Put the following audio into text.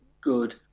good